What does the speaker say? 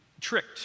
tricked